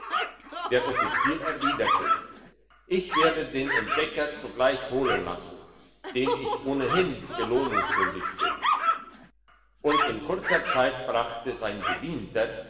der offizier erwiderte ich werde den entdecker sogleich holen lassen dem ich ohnehin belohnung schuldig bin und in kurzer zeit brachte sein bedienter